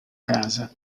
casa